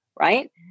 Right